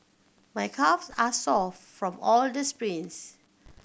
my calves are sore from all the sprints